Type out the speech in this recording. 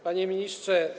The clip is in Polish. Panie Ministrze!